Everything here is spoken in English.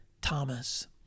Thomas